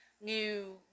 new